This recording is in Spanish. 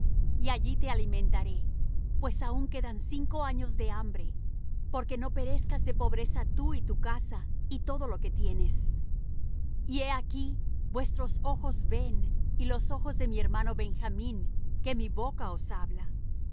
y allí te alimentaré pues aun quedan cinco años de hambre porque no perezcas de pobreza tú y tu casa y todo lo que tienes y he aquí vuestros ojos ven y los ojos de mi hermano benjamín que mi boca os habla